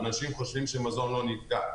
אנשים חושבים שמזון לא נפגע.